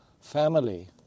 family